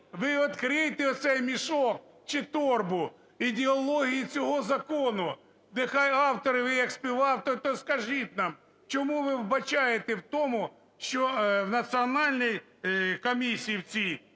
Ви відкрийте цей мішок чи торбу – ідеологію цього закону! Нехай автори, і ви як співавтор, то скажіть нам, чому ви вбачаєте в тому, що в Національній комісії в цій,